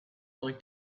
going